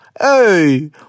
Hey